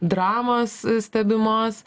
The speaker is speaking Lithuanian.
dramos stebimos